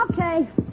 Okay